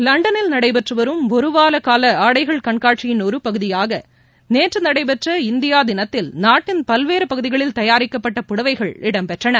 லண்டனில் நடைபெறும் ஒருவாரகாலஆடைகள் கண்காட்சியின் ஒருபகுதியாகநேற்றுநடைபெற்ற இந்தியாதினத்தில் நாட்டின் பல்வேறுபகுதிகளில் தயாரிக்கப்பட்ட புடவைகள் இடம்பெற்றன